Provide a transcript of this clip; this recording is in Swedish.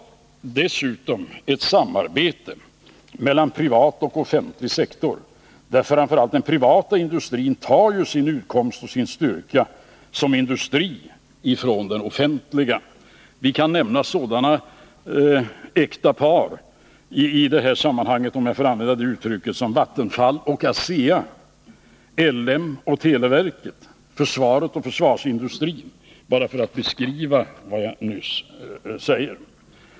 Dessutom har vi ett samarbete mellan privat och offentlig sektor, där framför allt den privata industrin tar sin utkomst och sin styrka som industri ifrån de offentliga beställningarna. Man kan nämna sådana äkta par, om jag får använda det uttrycket i det här sammanhanget, som Vattenfall och ASEA, LM och televerket samt försvaret och försvarsindustrin — bara för att exemplifiera vad jag nyss sagt.